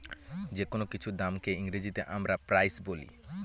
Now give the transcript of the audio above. যেকোনো কিছুর দামকে ইংরেজিতে আমরা প্রাইস বলি